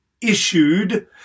issued